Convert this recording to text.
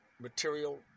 material